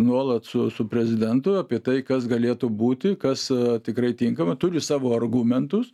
nuolat su su prezidentu apie tai kas galėtų būti kas tikrai tinkama turi savo argumentus